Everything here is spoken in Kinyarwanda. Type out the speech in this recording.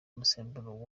umusemburo